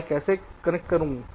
तो मैं कैसे कनेक्ट करूं